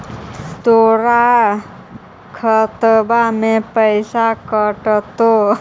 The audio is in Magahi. तोर खतबा से पैसा कटतो?